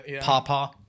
Papa